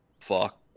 fuck